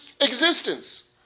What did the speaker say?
existence